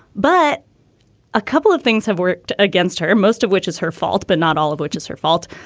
but a couple of things have worked against her, most of which is her fault, but not all of which is her fault.